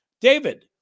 David